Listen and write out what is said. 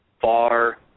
far